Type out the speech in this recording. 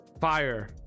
Fire